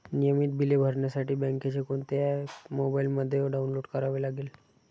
नियमित बिले भरण्यासाठी बँकेचे कोणते ऍप मोबाइलमध्ये डाऊनलोड करावे लागेल?